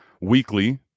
weekly